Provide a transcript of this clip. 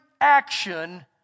action